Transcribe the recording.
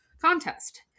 contest